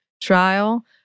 trial